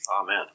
Amen